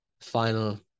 final